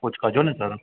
कुझु कजो न सर